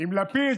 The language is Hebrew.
עם לפיד,